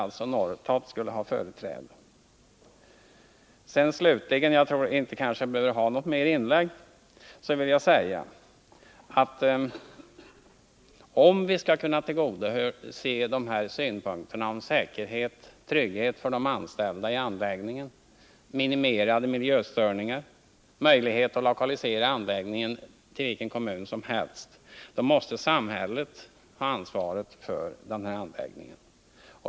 Slutligen skulle jag vilja säga — jag tror inte att jag behöver göra något mer inlägg — att om vi skall kunna tillgodose kraven på säkerhet och trygghet för de vid anläggningen anställda samt minimera miljöstörningarna och skapa möjligheter att lokalisera anläggningen till vilken kommun som helst måste samhället ha ansvaret för anläggningen.